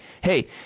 hey